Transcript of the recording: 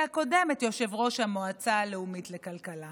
הקודמת יושב-ראש המועצה הלאומית לכלכלה,